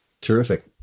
Terrific